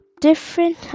different